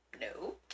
No